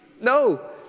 No